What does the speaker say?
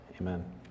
Amen